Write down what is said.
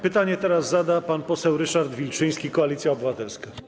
Pytanie teraz zada pan poseł Ryszard Wilczyński, Koalicja Obywatelska.